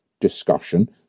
discussion